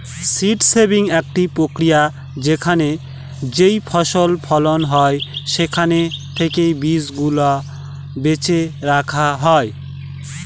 seed saving একটা প্রক্রিয়া যেখানে যেইফসল ফলন হয় সেখান থেকে বীজ গুলা বেছে রাখা হয়